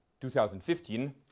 2015